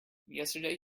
yesterday